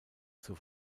zur